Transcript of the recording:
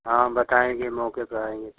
हाँ बताएँगे मे को पर आएँगे तो